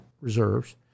reserves